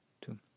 two